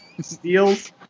Steals